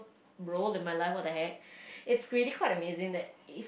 role in my life what the heck it's really quite amazing that it